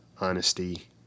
honesty